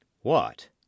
What